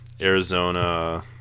Arizona